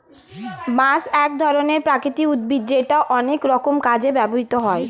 বাঁশ এক ধরনের প্রাকৃতিক উদ্ভিদ যেটা অনেক রকম কাজে ব্যবহৃত হয়